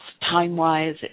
time-wise